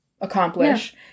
accomplish